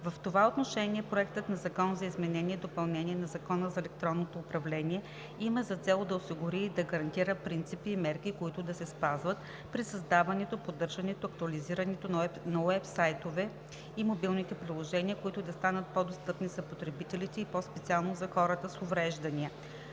В това отношение Проектът на закон за изменение и допълнение на Закона за електронното управление има за цел да осигури и гарантира принципи и мерки, които да се спазват при създаването, поддържането и актуализирането на уебсайтовете и мобилните приложения, които да станат по-достъпни за потребителите и по-специално за хората с увреждания.